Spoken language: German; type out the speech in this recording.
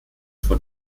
von